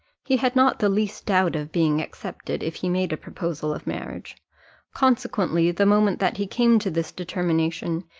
he had not the least doubt of being accepted, if he made a proposal of marriage consequently, the moment that he came to this determination,